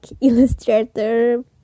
Illustrator